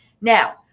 Now